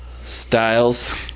Styles